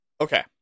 Okay